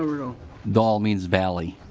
ah urdahl doll means valley.